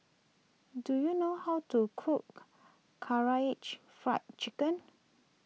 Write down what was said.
do you know how to cook Karaage Fried Chicken